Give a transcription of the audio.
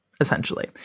essentially